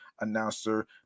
announcer